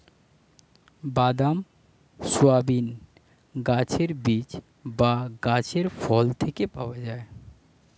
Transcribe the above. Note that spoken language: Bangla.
বাদাম, সয়াবিন গাছের বীজ বা গাছের ফল থেকে পাওয়া যায়